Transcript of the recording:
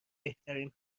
بهترین